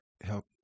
help